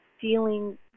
feeling